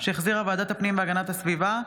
שהחזירה ועדת הפנים והגנת הסביבה.